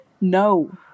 No